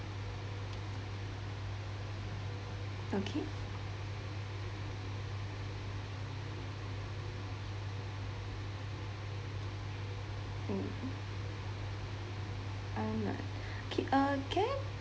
okay okay uh can I